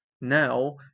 Now